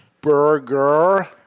burger